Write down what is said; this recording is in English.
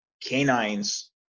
canines